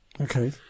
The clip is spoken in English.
Okay